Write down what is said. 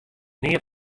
neat